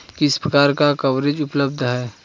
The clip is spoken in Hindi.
किस प्रकार का कवरेज उपलब्ध है?